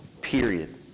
Period